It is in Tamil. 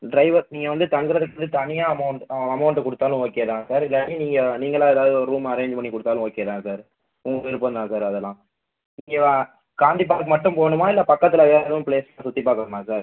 டிரைவர் நீங்கள் வந்து தங்குகிறதுக்கு தனியாக அமௌண்ட் அமௌண்ட்டு கொடுத்தாலும் ஓகே தான் சார் இல்லாட்டி நீங்கள் நீங்களாக ஏதாவது ஒரு ரூம் அரேஞ்ஜ் பண்ணி கொடுத்தாலும் ஓகே தான் சார் உங்கள் விருப்பம் தான் சார் அதெல்லாம் ஓகேவா காந்தி பார்க் மட்டும் போகணுமா இல்லை பக்கத்தில் வேறு எந்த ப்ளேஸும் சுற்றி பார்க்கணுமா சார்